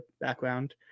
background